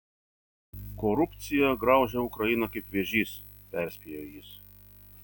korupcija graužia ukrainą kaip vėžys perspėjo jis